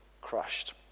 crushed